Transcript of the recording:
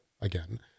again